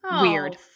weird